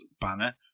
banner